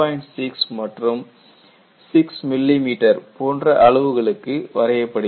6 மற்றும் 6 மிமீ போன்றஅளவுகளுக்கு வரையப்படுகிறது